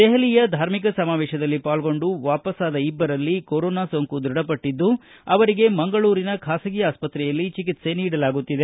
ದೆಹಲಿಯ ಧಾರ್ಮಿಕ ಸಮಾವೇಶದಲ್ಲಿ ಪಾಲ್ಗೊಂಡು ವಾಪಸಾದ ಇಬ್ಬರಲ್ಲಿ ಕೊರೋನಾ ಸೋಂಕು ದೃಡಪಟ್ಟದ್ದು ಅವರಿಗೆ ಮಂಗಳೂರಿನ ಖಾಸಗಿ ಆಸ್ಪತ್ತೆಯಲ್ಲಿ ಚಿಕಿತ್ಸೆ ನೀಡಲಾಗುತ್ತಿದೆ